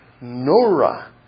Nora